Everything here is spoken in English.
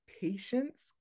patience